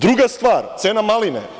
Druga stvar, cena maline.